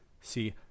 See